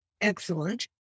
excellent